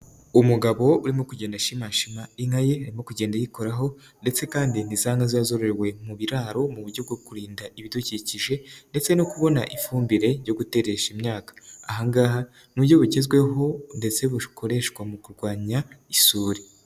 Umugabo urimo kugenda ashimashima inka ye, harimo kugenda ayikoraho ndetse kandi ni za nka zororewe mu biraro mu buryo bwo kurinda ibidukikije, ndetse no kubona ifumbire yo guteresha imyaka. Aha ngaha ni uburyo bugezweho ndetse bukoreshwa mu kurwanya isuri.